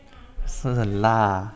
是很辣